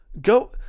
Go